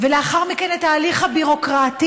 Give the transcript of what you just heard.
ולאחר מכן את ההליך הביורוקרטי,